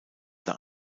nach